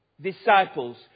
disciples